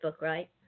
right